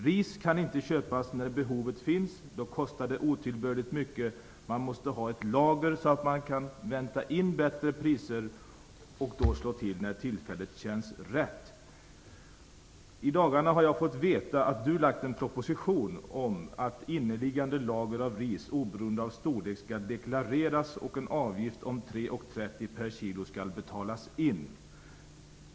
Ris kan inte köpas in när behovet finns, då kostar det otillbörligt mycket, man måste ha ett lager så att man kan vänta in bättre priser och slå till när tillfället känns rätt. I dagarna har har jag fått veta att Du lagt en proposition om att inneliggande lager av ris, oberoende av storlek, skall deklareras och en avgift om 3:30 per kg skall betalas in -!!!"